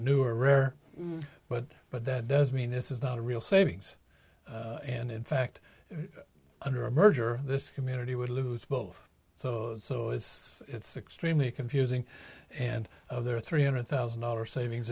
or rare but but that does mean this is not a real savings and in fact under a merger this community would lose both so it's extremely confusing and there are three hundred thousand dollars savings